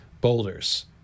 Boulders